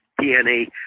DNA